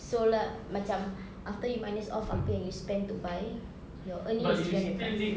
sold out macam after you minus off apa yang you spent to buy your earning is three hundred plus